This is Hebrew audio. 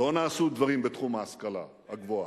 לא נעשו דברים בתחום ההשכלה הגבוהה,